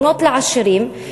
בונות לעשירים,